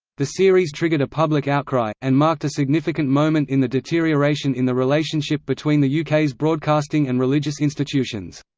the series triggered a public outcry, and marked a significant moment in the deterioration in the relationship between the uk's broadcasting and religious institutions.